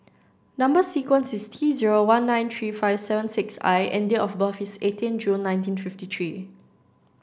number sequence is T zero one nine three five seven six I and date of birth is eighteenth June nineteen fifty three